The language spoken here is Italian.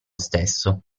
stesso